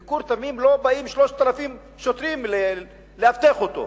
בביקור תמים לא באים 3,000 שוטרים לאבטח אותו.